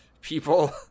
people